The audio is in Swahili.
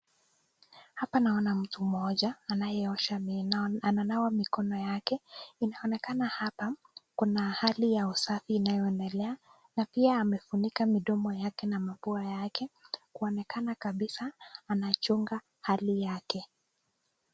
Hapa naona mtu mmoja anayeosha meno ananawa mikono yake. Inaonekana hapa hali ya usafi unaoendelea na pia amefunika midomo yake na mapua yake kuonekana kabisa anachunga hali yake.